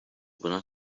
buna